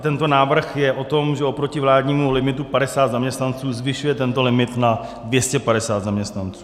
Tento návrh je o tom, že oproti vládnímu limitu 50 zaměstnanců zvyšuje tento limit na 250 zaměstnanců.